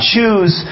Choose